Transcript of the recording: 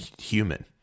human